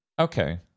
Okay